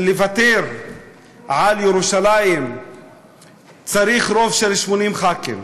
לוותר על ירושלים צריך רוב של 80 ח"כים.